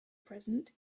present